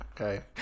Okay